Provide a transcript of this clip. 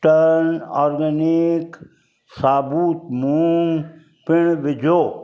turn organic साबुत मुङ पिणु विझो